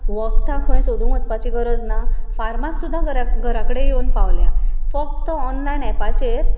वखदां खंय सोदूंक वचपाची गरज ना फारमास सुद्दां घरा घरा कडेन येवून पावल्या फक्त ऑनलायन एपाचेर